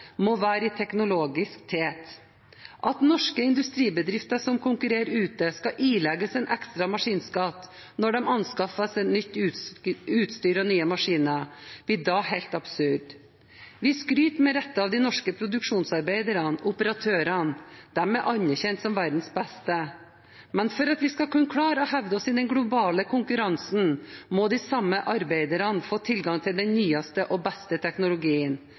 må være i tet teknologisk. At norske industribedrifter som konkurrer ute, skal ilegges en ekstra maskinskatt når de anskaffer seg nytt utstyr og nye maskiner, blir da helt absurd. Vi skryter med rette av de norske produksjonsarbeiderne – operatørene. De er anerkjent som verdens beste. Men for at vi skal kunne klare å hevde oss i den globale konkurransen, må de samme arbeiderne få tilgang til den nyeste og beste teknologien.